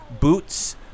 boots